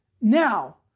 Now